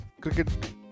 cricket